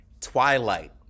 Twilight